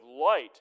light